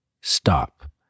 stop